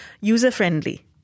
user-friendly